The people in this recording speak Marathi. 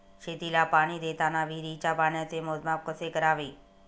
शेतीला पाणी देताना विहिरीच्या पाण्याचे मोजमाप कसे करावे?